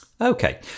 Okay